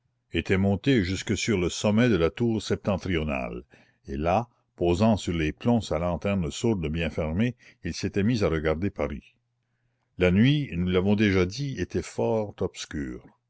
était monté jusque sur le sommet de la tour septentrionale et là posant sur les plombs sa lanterne sourde bien fermée il s'était mis à regarder paris la nuit nous l'avons déjà dit était fort obscure